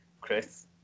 Chris